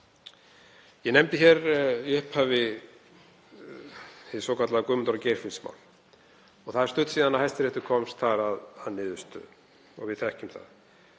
Ég nefndi hér í upphafi hið svokallaða Guðmundar- og Geirfinnsmál og það er stutt síðan Hæstiréttur komst að niðurstöðu þar, við þekkjum það.